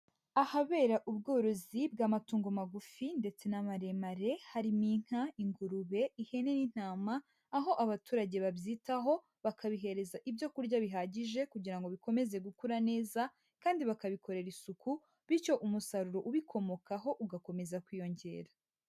Ahabera ubworozi bw'amatungo magufi ndetse n'amaremare harimo inka, ingurube, ihene n'intama, aho abaturage babyitaho bakabihereza ibyo kurya bihagije kugira ngo bikomeze gukura neza kandi bakabikorera isuku, bityo umusaruro ubikomokaho ugakomeza kwiyongera.